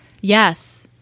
Yes